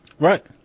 Right